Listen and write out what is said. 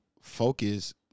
focus